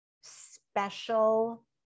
special